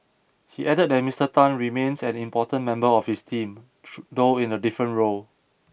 he added that Mister Tan remains an important member of his team should though in a different role